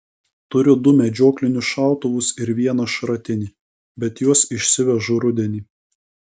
turiu du medžioklinius šautuvus ir vieną šratinį bet juos išsivežu rudenį